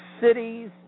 cities